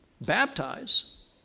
baptize